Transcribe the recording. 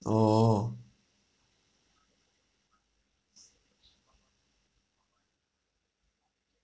oh